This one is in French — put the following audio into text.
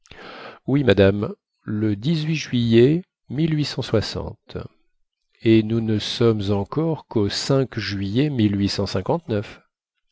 oui madame le juillet et nous ne sommes encore qu'au juillet